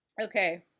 Okay